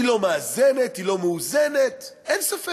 היא לא מאזנת, היא לא מאוזנת, אין ספק.